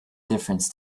difference